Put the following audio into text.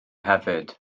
hefyd